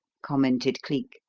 commented cleek.